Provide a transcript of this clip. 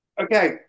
Okay